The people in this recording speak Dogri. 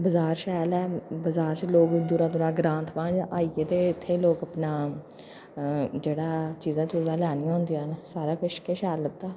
बजार शैल ऐ ते बजार च लोग बड़े बड़े दूरा ग्रांऽ दा आइयै ते लोक अपना जेह्ड़ा चीज़ां चूजां लैनियां होंदियां न सारा किश गै शैल लभदा